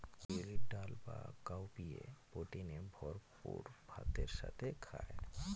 বিউলির ডাল বা কাউপিএ প্রোটিনে ভরপুর ভাতের সাথে খায়